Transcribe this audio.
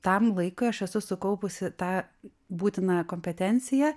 tam laikui aš esu sukaupusi tą būtinąją kompetenciją